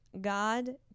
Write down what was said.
God